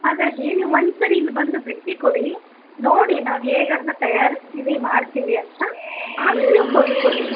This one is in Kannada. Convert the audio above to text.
ಹಾಗಾಗಿ ನೀವು ಒಂದ್ಸರಿ ಇಲ್ಲಿ ಬಂದು ಭೇಟಿ ಕೊಡಿ ನೋಡಿ ನಾವು ಹೇಗೆ ಅದನ್ನ ತಯಾರಿಸ್ತೀವಿ ಮಾಡ್ತಿವಿ ಅಂತ ಆಮೇಲೆ ನೀವು ಕೊಂಡ್ಕೊಳಿ